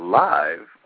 live